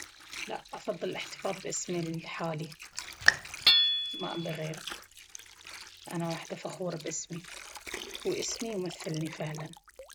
لا أفضل الإحتفاظ بإسمي الحالي ما أمبي أغيره أنا وحدة فخورة بإسمي! وإسمي يمثلني فعلا.